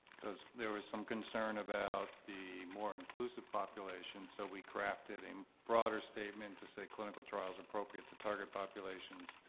because there was some concern about the more inclusive population, so we grafted in a broader statement to say, clinical trials appropriate to target populations,